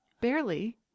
Barely